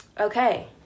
okay